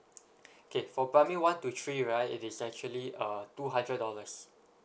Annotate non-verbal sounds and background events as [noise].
[noise] okay for primary one to three right it is actually uh two hundred dollars